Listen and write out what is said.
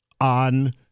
on